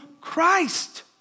Christ